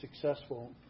successful